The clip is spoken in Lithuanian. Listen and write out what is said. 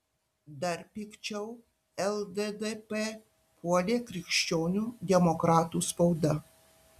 dar pikčiau lddp puolė krikščionių demokratų spauda